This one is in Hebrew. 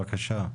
בבקשה.